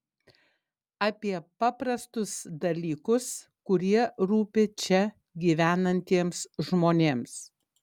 apie paprastus dalykus kurie rūpi čia gyvenantiems žmonėms